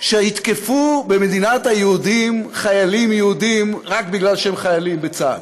שיתקפו במדינת היהודים חיילים יהודים רק בגלל שהם חיילים בצה"ל.